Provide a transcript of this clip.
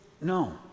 no